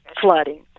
flooding